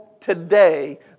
today